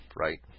right